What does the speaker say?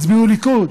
הצביעו ליכוד,